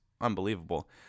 unbelievable